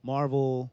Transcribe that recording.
Marvel